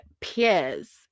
peers